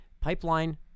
pipeline